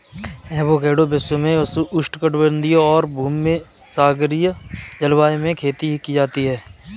avocado विश्व में उष्णकटिबंधीय और भूमध्यसागरीय जलवायु में खेती की जाती है